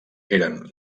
eren